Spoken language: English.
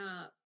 up